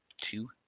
Two